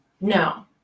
No